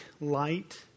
light